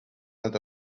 not